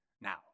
Now